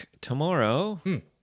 tomorrow